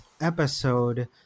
episode